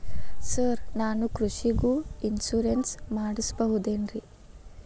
Sir ನಾನು ಕೃಷಿಗೂ insurance ಮಾಡಸಬಹುದೇನ್ರಿ?